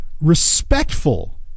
respectful